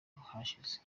hashize